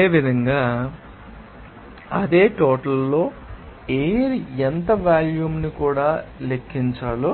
అదేవిధంగా అదే టోటల్ లో ఎయిర్ ఎంత వాల్యూమ్ను కూడా లెక్కించాలో